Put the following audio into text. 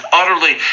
utterly